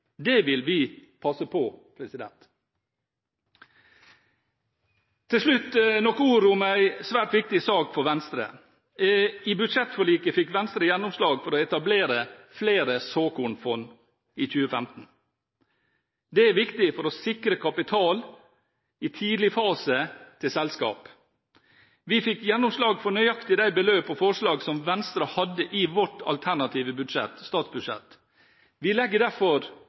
Det vil vi passe på. Til slutt noen ord om en svært viktig sak for Venstre: I budsjettforliket fikk Venstre gjennomslag for å etablere flere såkornfond i 2015. Det er viktig for å sikre selskaper kapital i tidlig fase. Vi fikk gjennomslag for nøyaktig de beløp og forslag som vi i Venstre hadde i vårt alternative statsbudsjett. Vi legger derfor